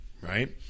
right